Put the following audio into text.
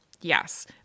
yes